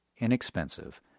inexpensive